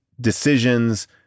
decisions